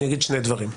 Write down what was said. אני אגיד שני דברים.